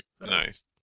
Nice